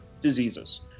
diseases